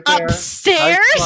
upstairs